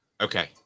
Okay